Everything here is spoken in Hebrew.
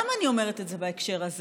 למה אני אומרת את זה בהקשר הזה?